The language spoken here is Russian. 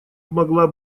могла